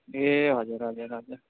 ए हजुर हजुर हजुर